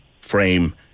frame